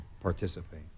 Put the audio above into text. participate